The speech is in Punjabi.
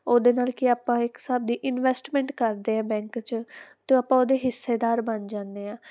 ਉਹਦੇ ਨਾਲ ਕਿ ਆਪਾਂ ਇੱਕ ਹਿਸਾਬ ਦੀ ਇਨਵੈਸਟਮੈਂਟ ਕਰਦੇ ਹਾਂ ਬੈਂਕ 'ਚ ਅਤੇ ਆਪਾਂ ਉਹਦੇ ਹਿੱਸੇਦਾਰ ਬਣ ਜਾਂਦੇ ਹਾਂ